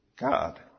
God